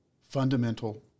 fundamental